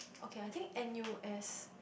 okay I think N_U_S